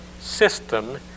system